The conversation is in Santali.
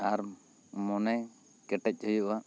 ᱟᱨ ᱢᱚᱱᱮ ᱠᱮᱴᱮᱡ ᱦᱩᱭᱩᱜᱼᱟ